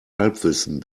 halbwissen